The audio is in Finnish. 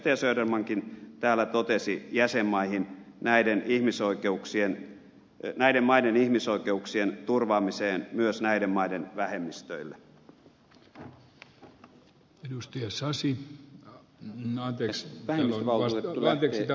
södermankin täällä totesi jäsenmaihin näiden ihmisoikeuksien ei näiden maiden ihmisoikeuksien turvaamiseksi myös näiden maiden vähemmistöille